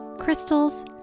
crystals